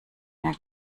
mehr